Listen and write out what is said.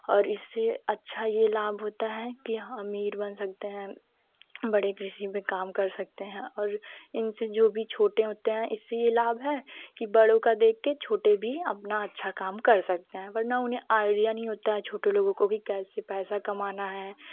और इससे अच्छा यह लाभ होता है कि हम अमीर बन सकते हैं बड़े कृषि भी काम कर सकते हैं और इनसे जो भी छोटे होते हैं इससे यह लाभ है कि बड़ों का देखकर छोटे भी अपना अच्छा काम कर सकते हैं वरना उन्हें आईडिया नहीं होता है छोटे लोगों को कि कैसे पैसा कमाना है